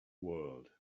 world